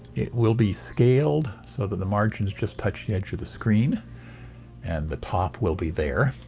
it will be scaled so that the margins just touch the edge of the screen and the top will be there.